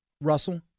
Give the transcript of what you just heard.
Russell